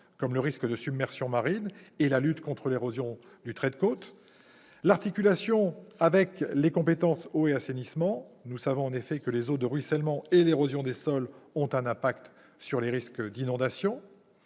comme le risque de submersion marine et la lutte contre l'érosion du trait de côte. Je pense aussi à l'articulation avec les compétences « eau et assainissement ». Nous savons en effet que les eaux de ruissellement et l'érosion des sols ont un impact sur les risques d'inondation.